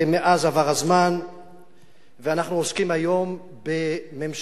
ומאז עבר הזמן ואנחנו עוסקים היום בממשלה,